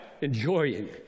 enjoying